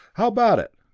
how about it?